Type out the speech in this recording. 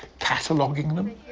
cataloging them,